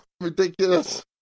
ridiculous